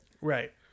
Right